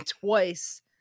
twice